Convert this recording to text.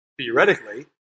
Theoretically